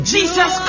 Jesus